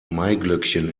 maiglöckchen